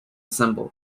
symbol